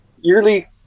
yearly